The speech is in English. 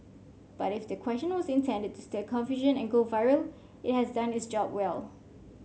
but if the question was intended to stir confusion and go viral it has done its job well